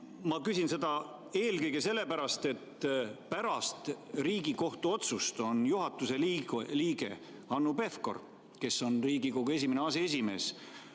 Ma küsin seda eelkõige sellepärast, et pärast Riigikohtu otsust on juhatuse liige Hanno Pevkur, kes on Riigikogu esimene aseesimees,